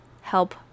help